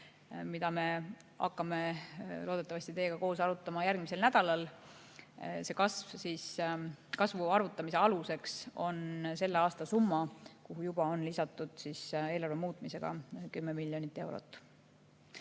mida me hakkame loodetavasti teiega koos arutama järgmisel nädalal, selle kasvu arvutamise aluseks on selle aasta summa, kuhu juba on lisatud eelarve muutmisega 10 miljonit eurot.